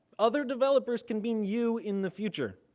other developers can mean you in the future.